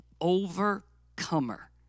overcomer